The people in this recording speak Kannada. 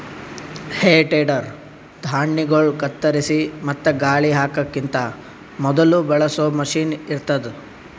ಹೇ ಟೆಡರ್ ಧಾಣ್ಣಿಗೊಳ್ ಕತ್ತರಿಸಿ ಮತ್ತ ಗಾಳಿ ಹಾಕಕಿಂತ ಮೊದುಲ ಬಳಸೋ ಮಷೀನ್ ಇರ್ತದ್